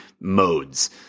modes